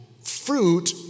fruit